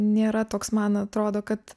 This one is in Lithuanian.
nėra toks man atrodo kad